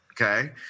okay